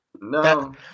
no